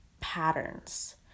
patterns